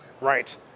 Right